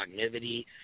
cognitivity